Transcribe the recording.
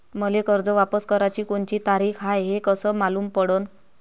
मले कर्ज वापस कराची कोनची तारीख हाय हे कस मालूम पडनं?